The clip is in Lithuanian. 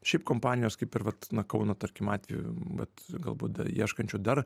šiaip kompanijos kaip ir vat na kauno tarkim atveju vat galbūt ieškančių dar